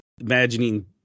imagining